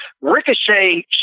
Ricochet